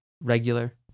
Regular